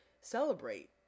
celebrate